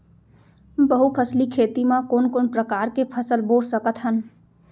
बहुफसली खेती मा कोन कोन प्रकार के फसल बो सकत हन?